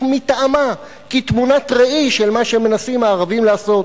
מטעמה כתמונת ראי של מה שמנסים הערבים לעשות,